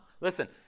listen